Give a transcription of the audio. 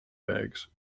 bags